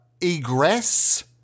Egress